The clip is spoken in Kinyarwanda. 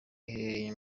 iherereye